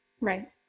Right